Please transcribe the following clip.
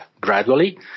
gradually